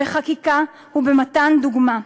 בחקיקה ובמתן דוגמה.